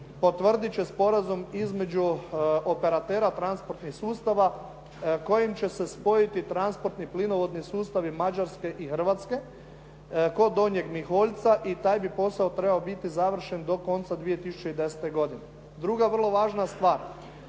potvrditi će sporazum između operatera transportnih sustava kojim će se spojiti transportni plinovodni sustavi Mađarske i Hrvatske kod Donjeg Miholjca i taj bi posao trebao biti završen do konca 2010. godine. Druga vrlo važna stvar,